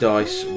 Dice